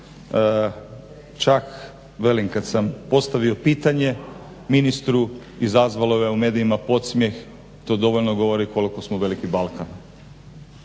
Čak velim kad sam postavio pitanje ministru izazvalo je u medijima podsmjeh i to dovoljno govori koliko smo veliki Balkan.